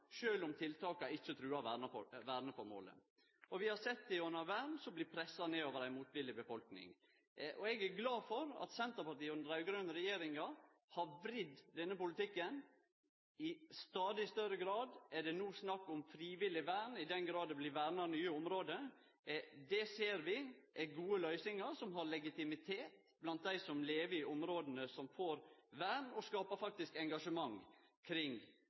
om tiltaka ikkje truar verneformålet. Vi har sett det gjennom vern som blir pressa ned over ei motvillig befolkning. Eg er glad for at Senterpartiet og den raud-grøne regjeringa har vridd denne politikken. I stadig større grad er det no snakk om frivillig vern, i den grad det blir verna nye område. Det ser vi er gode løysingar som har legitimitet blant dei som lever i områda som får vern, og som faktisk skapar engasjement kring